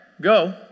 go